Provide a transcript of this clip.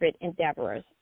endeavors